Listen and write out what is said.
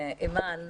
אימאן,